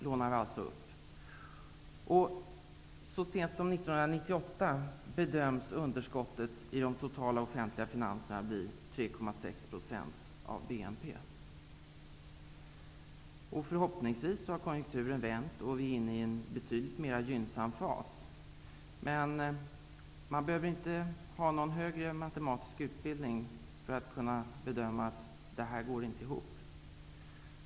Så sent som 1998 bedöms underskottet i de totala offentliga finanserna bli 3,6 % av BNP. Förhoppningsvis har konjunkturen då vänt, så att vi är inne i en betydligt mera gynnsam fas. Men man behöver inte ha någon högre matematisk utbildning för att kunna bedöma att detta inte går ihop.